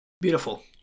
Beautiful